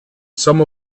some